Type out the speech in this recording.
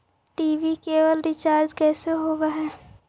TV cable recharge कैसे होब हइ?